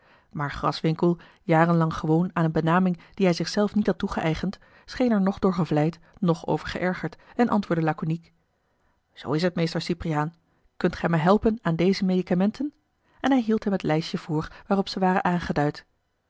maar graswinckel jarenlang gewoon aan eene benaming die hij zich zelf niet had toegeëigend scheen er noch door gevleid noch over geërgerd en antwoordde laconiek zoo is t meester cypriaan kunt gij mij helpen aan deze medicamenten en hij hield hem het lijstje voor waarop ze waren aangeduid